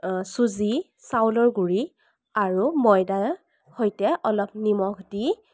চুজি চাউলৰ গুড়ি আৰু ময়দা সৈতে অলপ নিমখ দি